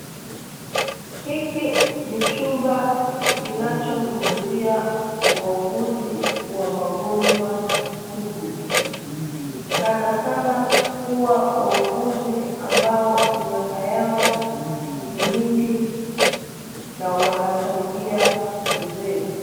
Hiki ni chumba kinachohudhuria wauguzi wa magonjwa sugu. Sanasana huwa wauguzi ambao miaka yao ni mingi na wanakaribia uzee.